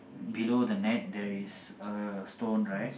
below the net there is a stone right